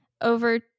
over